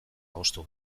adostu